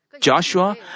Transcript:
Joshua